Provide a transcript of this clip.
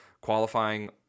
Qualifying